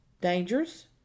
dangers